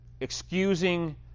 excusing